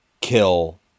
kill